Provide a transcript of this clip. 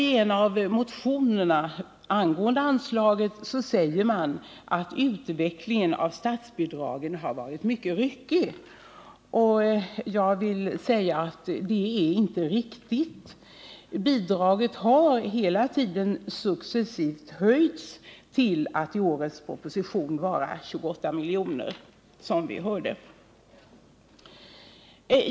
I en av motionerna angående anslaget sägs att utvecklingen av statsbidragen har varit mycket ryckig. Jag vill säga att detta påstående inte är riktigt utan att bidraget hela tiden successivt har höjts, som vi hörde, till att i årets proposition vara 28 milj.kr.